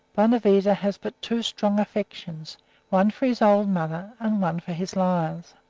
bonavita has but two strong affections one for his old mother, and one for his lions.